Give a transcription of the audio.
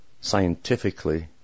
scientifically